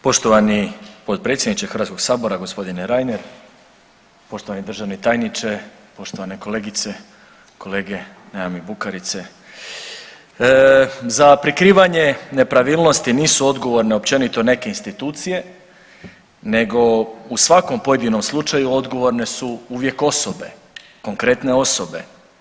Poštovani potpredsjedniče Hrvatskog sabora gospodine Reiner, poštovani državni tajniče, poštovane kolegice, kolege, nema mi Bukarice, za prikrivanje nepravilnosti nisu odgovorne općenito neke institucije nego u svakom pojedinom slučaju odgovorne su uvijek osobe, konkretne osobe.